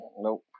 nope